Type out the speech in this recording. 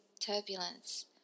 turbulence